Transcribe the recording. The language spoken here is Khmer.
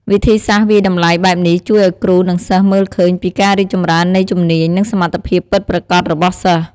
វិធីសាស្ត្រវាយតម្លៃបែបនេះជួយឱ្យគ្រូ និងសិស្សមើលឃើញពីការរីកចម្រើននៃជំនាញ និងសមត្ថភាពពិតប្រាកដរបស់សិស្ស។